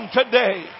today